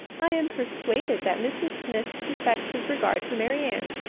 i am persuaded that mrs. smith suspects his regard for marianne,